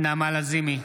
נעמה לזימי,